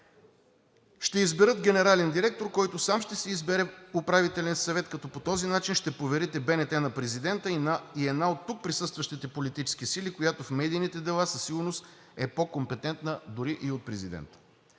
ще изберат генерален директор, който сам ще си избере управителен съвет, като по този начин ще поверите БНТ на президента и на една от тук присъстващите политически сили, която в медийните дела със сигурност е по-компетентна дори от президента.